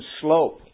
slope